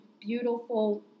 beautiful